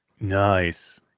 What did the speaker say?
nice